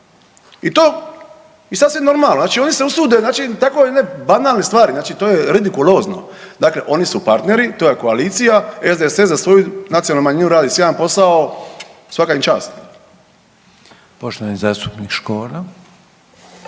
i to i sasvim normalno znači oni se usude znači tako jedne banalne stvari, znači to je redikulozno, dakle oni su partneri, to je koalicija, SDSS za svoju nacionalnu manjinu radi sjajan posao, svaka im čast. **Reiner,